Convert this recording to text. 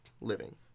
living